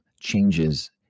changes